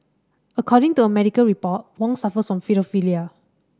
according to a medical report Wong suffers from paedophilia